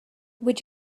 would